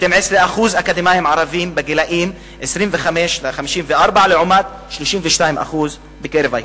12% אקדמאים ערבים בגילים 25 54 לעומת 32% בקרב היהודים.